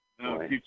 No